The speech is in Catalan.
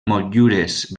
motllures